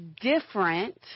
different